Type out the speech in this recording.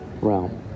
realm